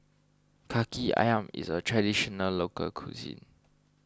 Kaki Ayam is a Traditional Local Cuisine